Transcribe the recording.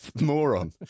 moron